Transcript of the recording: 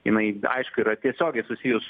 jinai aišku yra tiesiogiai susijus